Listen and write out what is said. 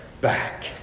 back